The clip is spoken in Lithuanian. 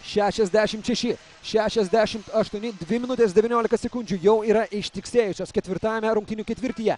šešiasdešim šeši šešiasdešim aštuoni dvi minutės devyniolika sekundžių jau yra ištiksėjusios ketvirtajame rungtynių ketvirtyje